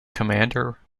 commander